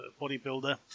bodybuilder